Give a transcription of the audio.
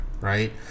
right